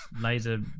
laser